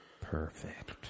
Perfect